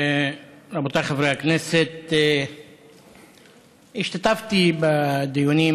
רבותיי חבריי הכנסת, השתתפתי בדיונים